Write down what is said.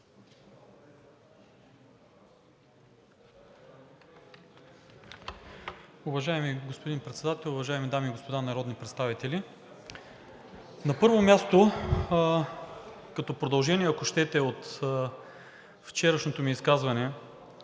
Уважаеми господин Председател, уважаеми дами и господа народни представители! На първо място, като продължение, ако щете, от вчерашното ми изказване,